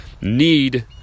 need